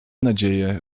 nadzieję